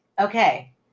okay